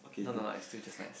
no no no is still just nice